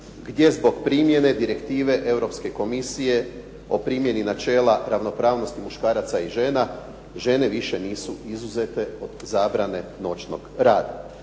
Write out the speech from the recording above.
gdje zbog primjene direktive Europske komisije o primjeni načela ravnopravnosti muškaraca i žena, žene nisu više izuzete od zabrane noćnog rada.